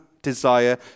desire